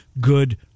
good